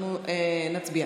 אנחנו נצביע